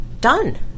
done